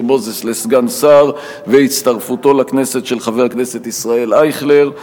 מוזס לסגן שר והצטרפותו לכנסת של חבר הכנסת ישראל אייכלר.